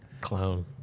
clown